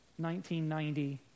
1990